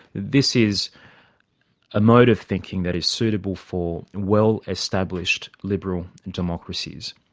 this is a mode of thinking that is suitable for well-established liberal democracies.